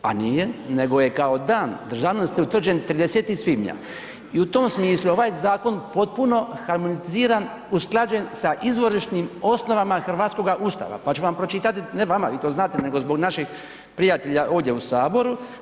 A nije, nego je kao Dan državnosti utvrđen 30. svibnja i u tom smislu ovaj zakon je potpuno harmoniziran i usklađen sa izvorišnim osnovama hrvatskoga ustava pa ću vam pročitati, ne vama, vi to znate, nego zbog naših prijatelja ovdje u Saboru.